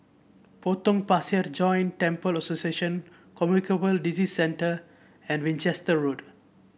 Potong Pasir Joint Temples Association Communicable Disease Centre and Winchester Road